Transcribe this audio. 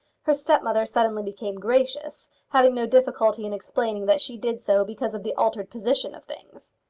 her stepmother suddenly became gracious having no difficulty in explaining that she did so because of the altered position of things.